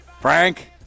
Frank